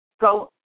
go